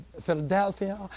Philadelphia